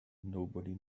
nobody